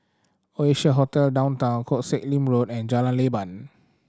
Oasia Hotel Downtown Koh Sek Lim Road and Jalan Leban